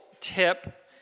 tip